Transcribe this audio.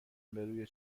بروی